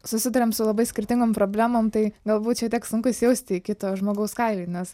susiduriam su labai skirtingom problemom tai galbūt šiek tiek sunku įsijausti į kito žmogaus kailį nes